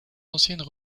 anciennes